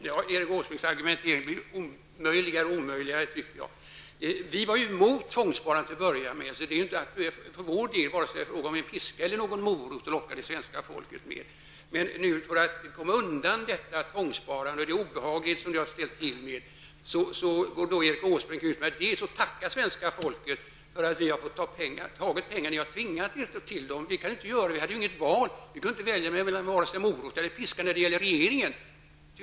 Herr talman! Erik Åsbrinks argumentering blir omöjligare och omöjligare. Vi var emot tvångssparandet, så det är inte aktuellt för vår del oavsett om man skall locka svenska folket med en morot eller hota med piskan. För att komma undan tvångssparandet och de obehagligheter som det har ställt till med går Erik Åsbrink ut och tackar svenska folket för att man har fått ta pengar. Ni har tvingat er till dessa pengar. Vi kunde inte göra något. Vi kunde varken välja morot eller piska när det gäller regeringen.